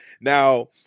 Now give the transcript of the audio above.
Now